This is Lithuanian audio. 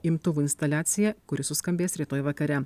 imtuvų instaliacija kuri suskambės rytoj vakare